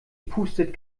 pustet